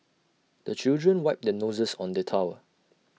the children wipe their noses on the towel